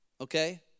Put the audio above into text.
Okay